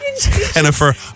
Jennifer